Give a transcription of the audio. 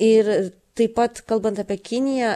ir taip pat kalbant apie kiniją